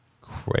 Crazy